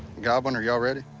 godwin are ya'll ready?